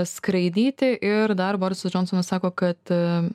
skraidyti ir dar borisas džonsonas sako kad